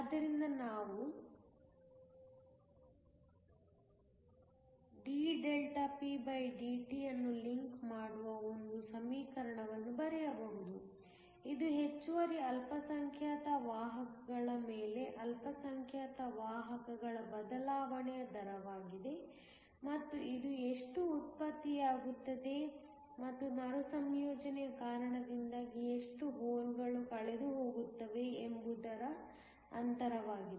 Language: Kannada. ಆದ್ದರಿಂದ ನಾವು dpdt ಅನ್ನು ಲಿಂಕ್ ಮಾಡುವ ಒಂದು ಸಮೀಕರಣವನ್ನು ಬರೆಯಬಹುದು ಇದು ಹೆಚ್ಚುವರಿ ಅಲ್ಪಸಂಖ್ಯಾತ ವಾಹಕಗಳ ಮೇಲೆ ಅಲ್ಪಸಂಖ್ಯಾತ ವಾಹಕಗಳ ಬದಲಾವಣೆಯ ದರವಾಗಿದೆ ಮತ್ತು ಇದು ಎಷ್ಟು ಉತ್ಪತ್ತಿಯಾಗುತ್ತದೆ ಮತ್ತು ಮರುಸಂಯೋಜನೆಯ ಕಾರಣದಿಂದಾಗಿ ಎಷ್ಟು ಹೋಲ್ಗಳು ಕಳೆದುಹೋಗುತ್ತವೆ ಎಂಬುದರ ಅಂತರವಾಗಿದೆ